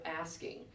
asking